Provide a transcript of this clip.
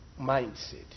mindset